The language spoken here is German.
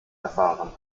erfahren